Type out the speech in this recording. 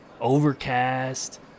Overcast